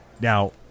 Now